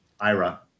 IRA